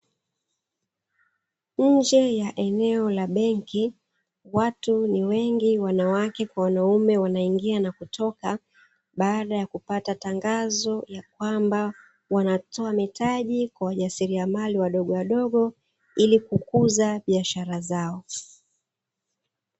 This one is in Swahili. Nje ya eneo la benki watu ni wengi (wanawake kwa wanaume) wanaingia na kutoka baada ya kupata tangazo ya kwamba wanatoa mitaji kwa wajasiriamali wadogowadogo ili kukuza biashara zao.